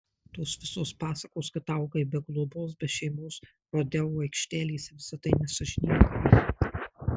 tos visos pasakos kad augai be globos be šeimos rodeo aikštelėse visa tai nesąžininga